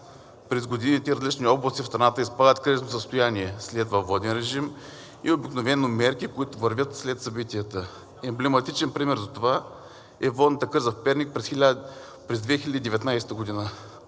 През годините различни области в страната изпадат в кризисно състояние, следва воден режим и обикновено мерки, които вървят след събитията. Емблематичен пример за това е водната криза в Перник през 2019 г.